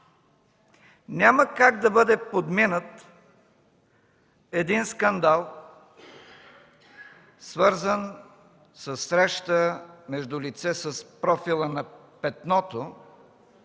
няма как да бъде подминат един скандал, свързан със среща между лице с профила на Петното